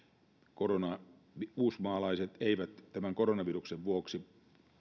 uusmaalaiset eivät koronaviruksen vuoksi